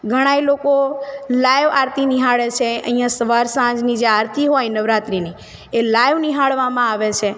ઘણાએ લોકો લાઈવ આરતી નિહાળે છે અહીંયા સવાર સાંજની જે આરતી હોય નવરાત્રીની એ લાઈવ નિહાળવામાં આવે છે